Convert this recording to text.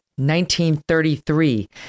1933